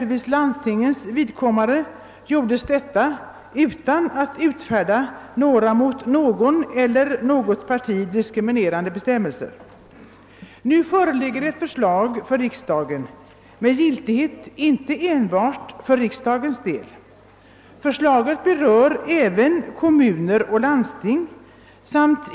Landstingen gjorde detta utan att utfärda mot någon person eller något parti diskriminerande bestämmelser. Det förslag som nu föreligger får giltighet inte bara för riksdagen utan även för kommuner och landsting.